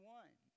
one